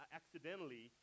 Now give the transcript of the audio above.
accidentally